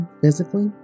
physically